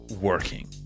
working